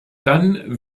dann